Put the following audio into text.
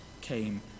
came